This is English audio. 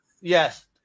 Yes